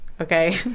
Okay